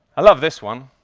i love this one.